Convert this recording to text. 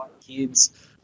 kids